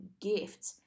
gift